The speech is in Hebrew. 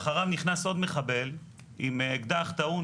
אחריו נכנס עוד מחבל עם אקדח טעון,